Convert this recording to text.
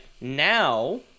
now